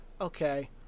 Okay